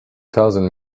thousand